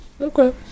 okay